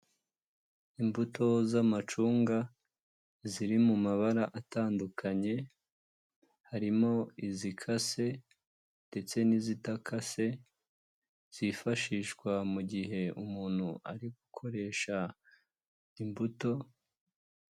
Imbuto z'amacunga ziri mu mabara atandukanye, harimo izikase ndetse n'izitakakase zifashishwa mu gihe umuntu ari gukoresha imbuto.